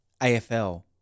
AFL